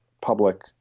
public